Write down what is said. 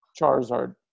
Charizard